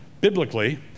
biblically